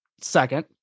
second